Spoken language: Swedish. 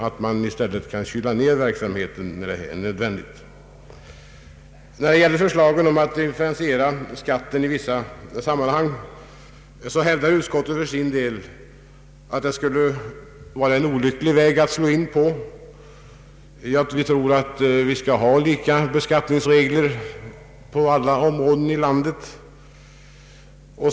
När så behövs skall verksamheten med andra ord kunna kylas ned. När det gäller förslagen om att differentiera skatten i vissa sammanhang hävdar utskottet att det skulle vara en olycklig väg att slå in på. Vi anser att lika beskattningsregler bör gälla för alla områden i landet.